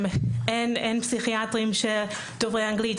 אין פסיכיאטרים דוברי אנגלית.